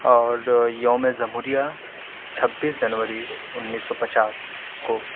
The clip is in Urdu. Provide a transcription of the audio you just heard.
اور یومِ جمہوریہ چھبیس جنوری انیس سو پچاس کو